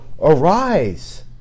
arise